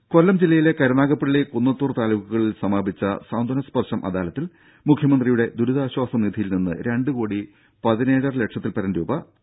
രംഭ കൊല്ലം ജില്ലയിലെ കരുനാഗപ്പള്ളി കുന്നത്തൂർ താലൂക്കുകളിൽ സമാപിച്ച സാന്ത്വന സ്പർശം അദാലത്തിൽ മുഖ്യമന്ത്രിയുടെ ദുരിതാശ്വാസ നിധിയിൽ നിന്ന് രണ്ട് കോടി പതിനേഴര ലക്ഷത്തിൽ പരം രൂപ അനുവദിച്ചു